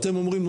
אתם אומרים,